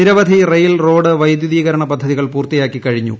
നിരവധി rail road വൈദ്യുതീകരണം പ്പ്ദ്ധതികൾ പൂർത്തിയാക്കിക്കഴിഞ്ഞു